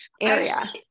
area